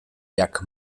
jak